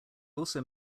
also